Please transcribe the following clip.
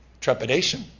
trepidation